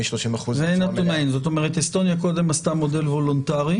זאת אומרת, אסטוניה קודם עשתה מודל וולונטרי.